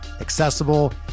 accessible